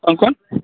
હા કોણ